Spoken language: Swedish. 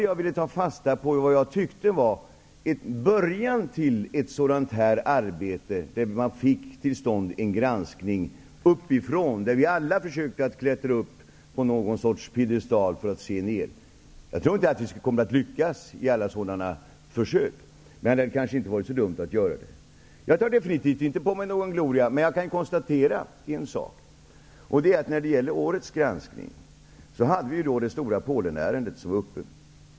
Jag ville ta fasta på vad jag tyckte var en början till ett sådant arbete, där man fick till stånd granskning uppifrån, där vi alla försökte att klättra upp på någon sorts piedestal för att se ned. Jag tror inte att vi kommer att lyckas i alla sådana försök, men det kanske inte vore så dumt att pröva det. Jag tar definitivt inte på mig någon gloria, men jag kan konstatera en sak. I årets granskning hade vi det stora Polenärendet uppe.